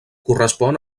correspon